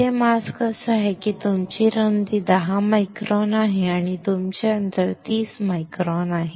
येथे मास्क असा आहे की तुमची रुंदी 10 मायक्रॉन आहे आणि तुमचे अंतर 30 मायक्रॉन आहे